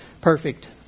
perfect